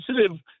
sensitive